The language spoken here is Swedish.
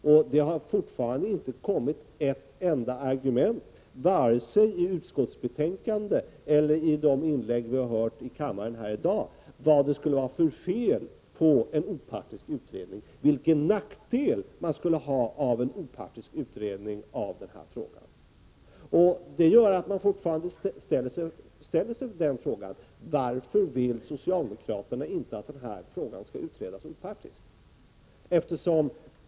Och man har ännu inte, vare sig i utskottsbetänkandet eller i de inlägg vi har hört i kammaren här i dag, sagt vad det skulle vara för fel på en opartisk utredning i den här frågan, vilken nackdel en sådan utredning skulle medföra. Det gör att jag fortfarande undrar varför socialdemokraterna inte vill att den här frågan skall utredas opartiskt.